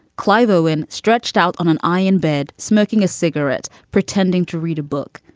clive owen stretched out on an iron bed, smoking a cigarette, pretending to read a book.